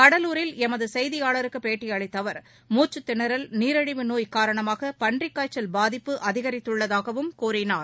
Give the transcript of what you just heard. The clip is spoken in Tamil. கடலூரில் எமது செய்தியாளருக்கு பேட்டியளித்த அவர் மூச்சுத் திணறல் நீரிழிவு நோய் காரணமாக பன்றிக் காய்ச்சல் பாதிப்பு அதிகரித்துள்ளதாகவும் கூறினார்